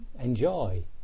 enjoy